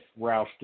Roush